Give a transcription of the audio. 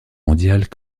mondiale